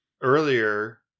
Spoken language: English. earlier